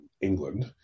England